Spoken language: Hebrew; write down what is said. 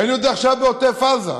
ראינו את זה עכשיו בעוטף עזה,